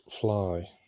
fly